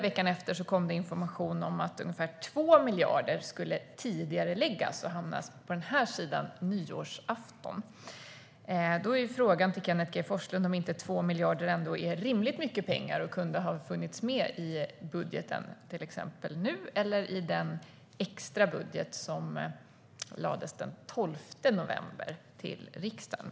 Veckan efter kom det information om att ungefär 2 miljarder skulle tidigareläggas och hamna på denna sida nyårsafton. Eftersom 2 miljarder är ganska mycket pengar, kunde de inte ha funnits med i budgeten eller i den extra budget som lades fram i riksdagen den 12 november?